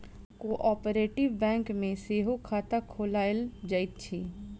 cooperative bank मे सेहो खाता खोलायल जाइत अछि